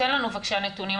תן לנו בבקשה נתונים.